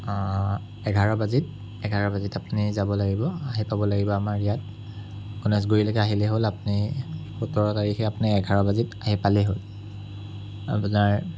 এঘাৰ বাজিত এঘাৰ বাজিত আপুনি যাব লাগিব আহি পাব লাগিব আমাৰ ইয়াত গণেশগুৰিলৈকে আহিলে হ'ল আপুনি সোতৰ তাৰিখে আপুনি এঘাৰ বাজিত আপুনি আহি পালেই হ'ল আপোনাৰ